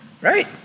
Right